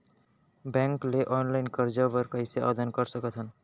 Bank ले online करजा बर कइसे आवेदन कर सकथन?